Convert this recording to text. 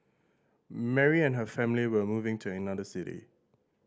Mary and her family were moving to another city